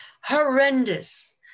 horrendous